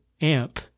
amp